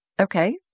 Okay